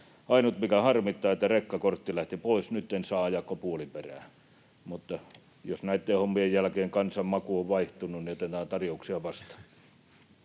Ainut, mikä harmittaa, on, että rekkakortti lähti pois. Nyt en saa ajaa kuin puoliperää, mutta jos näitten hommien jälkeen kansan maku on vaihtunut, niin otetaan tarjouksia vastaan.